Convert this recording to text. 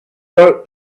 wrote